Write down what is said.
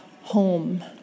home